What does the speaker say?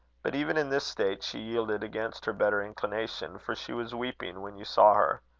but even in this state she yielded against her better inclination, for she was weeping when you saw her.